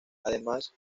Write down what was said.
además